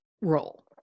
role